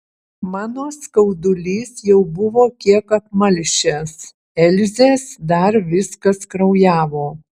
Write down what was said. mano skaudulys jau buvo kiek apmalšęs elzės dar viskas kraujavo